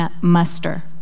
muster